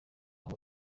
aho